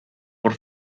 por